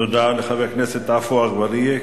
תודה לחבר הכנסת עפו אגבאריה.